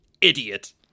idiot